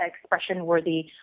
expression-worthy